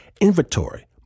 inventory